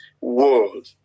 world